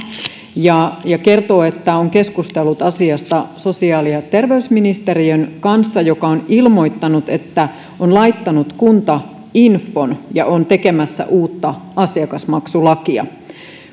ja ja kertoo että on keskustellut asiasta sosiaali ja terveysministeriön kanssa joka on ilmoittanut että on laittanut kuntainfon ja on tekemässä uutta asiakasmaksulakia